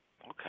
Okay